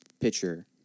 pitcher